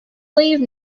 leave